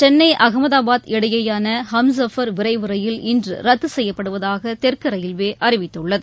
சென்னை அகமதாபாத் இடையேயான ஹம்சஃபர் விரைவு ரயில் இன்று ரத்து செய்யப்படுவதாக தெற்கு ரயில்வே அறிவித்துள்ளது